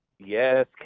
Yes